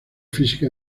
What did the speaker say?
física